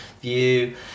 view